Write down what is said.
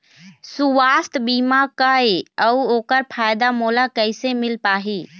सुवास्थ बीमा का ए अउ ओकर फायदा मोला कैसे मिल पाही?